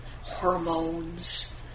hormones